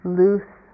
loose